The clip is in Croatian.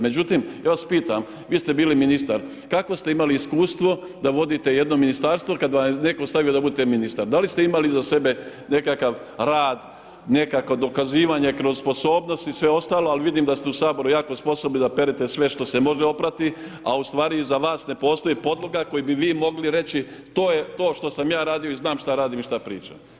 Međutim, ja vas pitam, vi ste bili ministar, kakvo ste imali iskustvo da vodite jedno ministarstvo kada vas je netko stavio da budete ministar, da li ste imali iza sebe nekakav rad, nekakvo dokazivanje kroz sposobnosti i sve ostalo, ali vidim da ste u Saboru jako sposobni da perete sve što se može oprati, a u stvari iza vas ne postoji podloga koju bi vi mogli reći to je to što sam ja radio i znam šta radim i šta pričam.